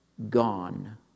gone